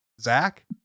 Zach